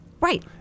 right